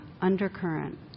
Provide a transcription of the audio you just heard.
undercurrent